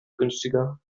günstiger